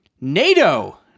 NATO